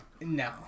No